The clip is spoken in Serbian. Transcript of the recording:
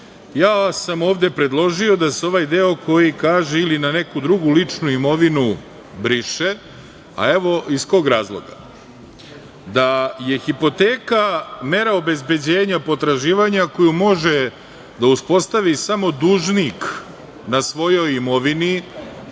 sam predložio da se ovaj deo koji kaže - ili na neku drugu ličnu imovinu, briše, a evo iz kog razloga. Da je hipoteka mera obezbeđenja potraživanja koju može da uspostavi samo dužnik na svojoj imovini